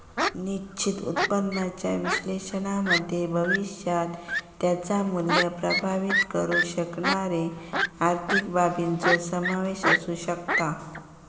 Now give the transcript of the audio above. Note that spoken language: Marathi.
निश्चित उत्पन्नाच्या विश्लेषणामध्ये भविष्यात त्याचा मुल्य प्रभावीत करु शकणारे आर्थिक बाबींचो समावेश असु शकता